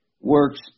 works